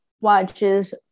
watches